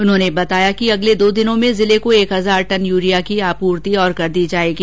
उन्होंने बताया कि अगले दो दिनों में जिले को एक हजार टन यूरिया की आपूर्ति और कर दी जायेगी